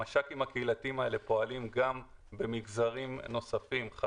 המש"קים הקהילתיים האלה פועלים גם במגזרים נוספים במגזר